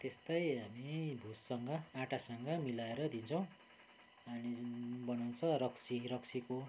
त्यस्तै हामी भुससँग आँटासँग मिलाएर दिन्छौँ हामीले जुन बनाउँछौँ रक्सी रक्सीको